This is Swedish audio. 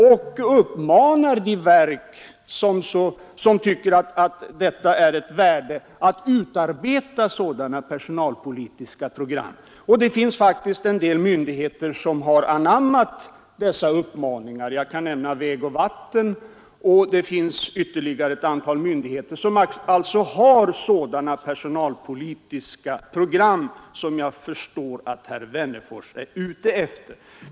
Vi uppmanar verken och myndigheterna att utarbeta sådana personalpolitiska program, och det finns en del myndigheter som har anammat dessa uppmaningar. Jag kan nämna vägverket och vattenfallsverket, och det finns ytterligare ett antal myndigheter som har utarbetat sådana personalpolitiska program som jag förstår att herr Wennerfors är ute efter.